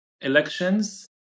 elections